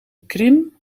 krim